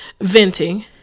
venting